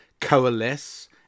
coalesce